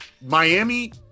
Miami